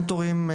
מנטורים,